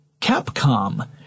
CAPCOM